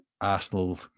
Arsenal